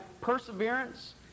perseverance